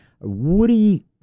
Woody